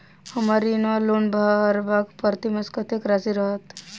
हम्मर ऋण वा लोन भरबाक प्रतिमास कत्तेक राशि रहत?